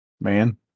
man